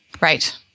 Right